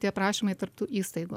tie prašymai tarp tų įstaigų